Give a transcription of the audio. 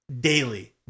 daily